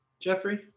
Jeffrey